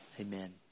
amen